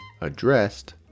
addressed